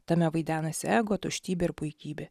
tame vaidenasi ego tuštybė ir puikybė